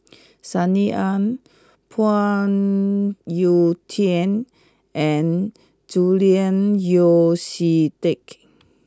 Sunny Ang Phoon Yew Tien and Julian Yeo See Teck